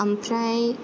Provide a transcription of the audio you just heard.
ओमफ्राय